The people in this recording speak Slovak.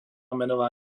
menová